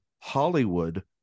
Hollywood